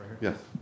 Yes